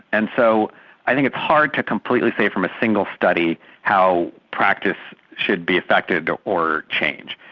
and so i think it's hard to completely say from a single study how practice should be effected or changed.